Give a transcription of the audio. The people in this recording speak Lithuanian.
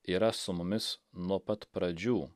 yra su mumis nuo pat pradžių